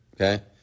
okay